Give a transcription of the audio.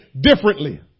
differently